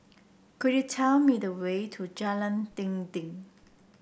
could you tell me the way to Jalan Dinding